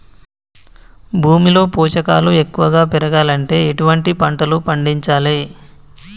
భూమిలో పోషకాలు ఎక్కువగా పెరగాలంటే ఎటువంటి పంటలు పండించాలే?